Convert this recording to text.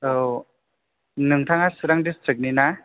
औ नोंथाङा चिरां डिस्ट्रिक्टनि ना